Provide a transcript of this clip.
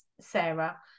Sarah